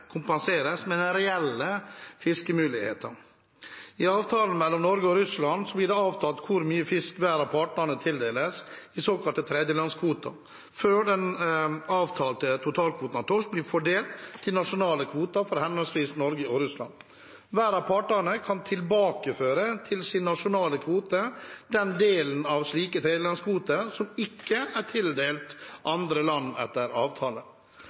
kompenseres med reelle fiskemuligheter. I avtalen mellom Norge og Russland blir det avtalt hvor mye fisk hver av partene tildeles, den såkalte tredjelandskvoten, før den avtalte totalkvoten av torsk blir fordelt til nasjonale kvoter for henholdsvis Norge og Russland. Hver av partene kan tilbakeføre til sin nasjonale kvote den delen av slike tredjelandskvoter som ikke er tildelt andre land etter avtale.